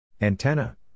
Antenna